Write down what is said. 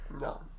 No